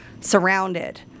surrounded